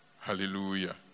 Hallelujah